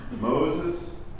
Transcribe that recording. Moses